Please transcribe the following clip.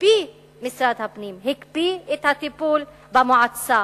משרד הפנים הקפיא את הטיפול במועצה.